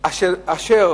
אשר